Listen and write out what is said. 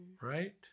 right